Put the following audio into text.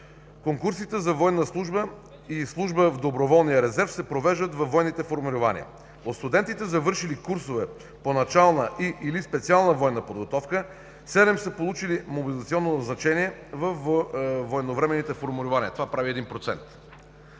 Конкурсите за военна служба и служба в доброволния резерв се провеждат във военните формирования. От студентите, завършили курсове по начална и/или специална военна подготовка, седем са получили мобилизационно назначение във военновременните формирования. Това прави 1%.